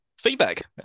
feedback